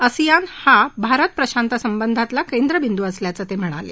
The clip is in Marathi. आसियान हा भारत प्रशांत संबंधातला केंद्रबिंदू असल्याचं ते म्हणाले